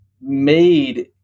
made